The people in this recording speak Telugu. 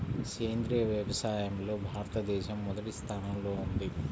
సేంద్రీయ వ్యవసాయంలో భారతదేశం మొదటి స్థానంలో ఉంది